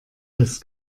das